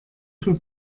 für